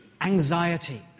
anxiety